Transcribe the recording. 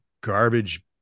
garbage